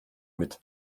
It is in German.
mit